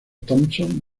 thompson